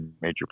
major